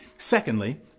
Secondly